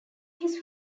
his